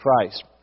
Christ